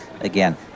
again